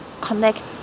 connect